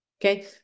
Okay